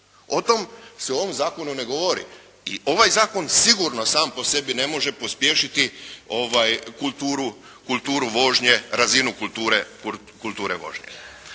O tome se u ovome zakonu ne govori i ovaj zakon sigurno sam po sebi ne može pospješiti kulturu vožnje, razinu kulture vožnje.